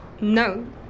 No